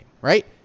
right